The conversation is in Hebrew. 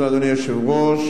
אדוני היושב-ראש,